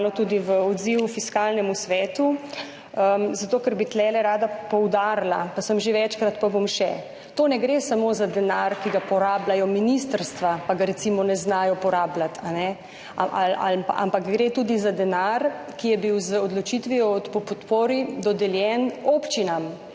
tudi za odziv Fiskalnemu svetu, zato ker bi tu rada poudarila – sem že večkrat, pa bom še – ne gre samo za denar, ki ga porabljajo ministrstva, pa ga recimo ne znajo porabljati, ampak gre tudi za denar, ki je bil z odločitvijo o podpori dodeljen občinam.